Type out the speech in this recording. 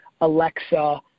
Alexa